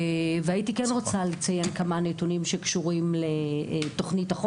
הייתי רוצה לציין כמה נתונים שקשורים לתוכנית החומש.